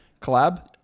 collab